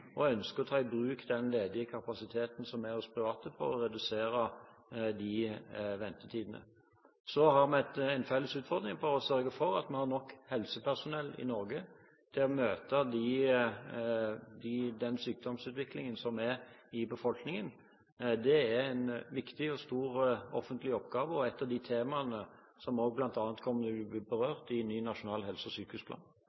og ønsker å ta i bruk den ledige kapasiteten som er hos private for å redusere de ventetidene. Så har vi en felles utfordring for å sørge for at vi har nok helsepersonell i Norge til å møte den sykdomsutviklingen som er i befolkningen. Det er en viktig og stor offentlig oppgave, og et av de temaene som også bl.a. kommer til å bli